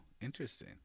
interesting